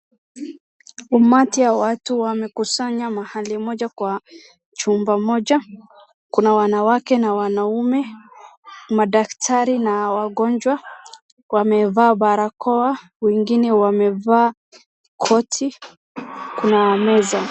Umati ya watu wamekusanya mahali moja kwa chumba moja. Kuna wanawake na wanaume, madaktari na wagonjwa. Wamevaa barakao wengine wamevaa koti, kuna meza.